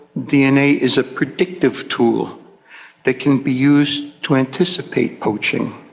dna is a predictive tool that can be used to anticipate poaching.